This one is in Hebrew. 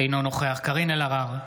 אינו נוכח קארין אלהרר,